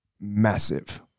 Massive